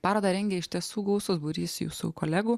parodą rengia iš tiesų gausus būrys jūsų kolegų